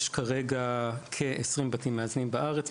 יש כרגע כ-20 בתים מאזנים בארץ,